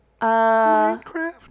Minecraft